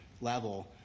level